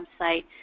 website